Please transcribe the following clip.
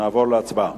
נעבור להצבעה.